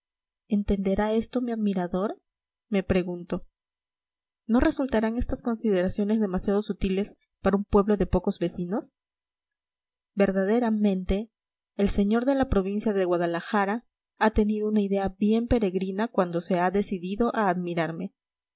entenderá esto mi admirador me pregunto no resultarán estas consideraciones demasiado sutiles para un pueblo de pocos vecinos verdaderamente el señor de la provincia de guadalajara ha tenido una idea bien peregrina cuando se ha decidido a admirarme